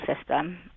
system